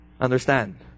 Understand